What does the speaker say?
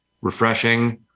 refreshing